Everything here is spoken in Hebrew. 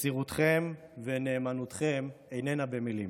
מסירותכם ונאמנותכם איננה במילים,